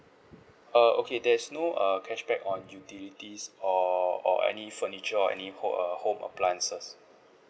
uh okay there's no err cashback on utilities or or any furniture or any home err home appliances